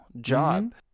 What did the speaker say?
job